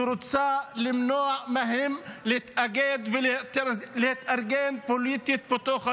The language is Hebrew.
שרוצה למנוע מהם להתאגד ולהתארגן פוליטית בתוך האוניברסיטאות.